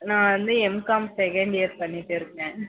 நான் வந்து M Com second year பண்ணிகிட்டு இருக்கேன்